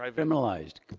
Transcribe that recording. um criminalized.